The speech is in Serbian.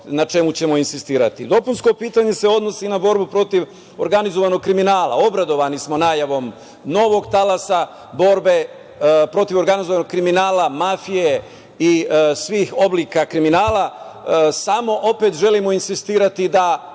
na čemu ćemo insistirati. Dopunsko pitanje se odnosi na borbu protiv organizovanog kriminala. Obradovani smo najavom novog talasa borbe protiv organizovanog kriminala, mafije i svih oblika kriminala. Samo opet želimo insistirati da